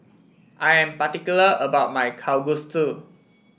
I am particular about my Kalguksu